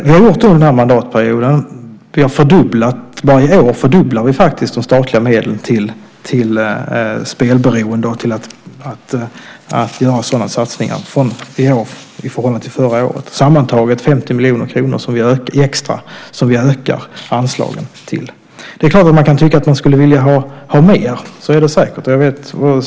Vi har gjort det under den här mandatperioden. I år fördubblar vi faktiskt de statliga medlen till spelberoende och satsningar på det. Det är sammantaget 50 miljoner kronor som vi ökar anslagen till. Man kan naturligtvis tycka att man skulle vilja ha mer. Så är det säkert.